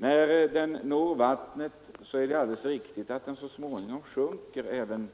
När barken kommer i vatten är det riktigt att den så småningom sjunker, men